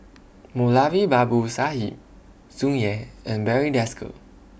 Moulavi Babu Sahib Tsung Yeh and Barry Desker